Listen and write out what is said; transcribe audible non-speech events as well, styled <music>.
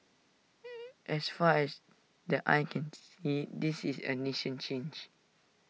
<noise> as far as the eye can see this is A nation changed